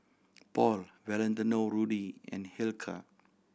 Paul Valentino Rudy and Hilker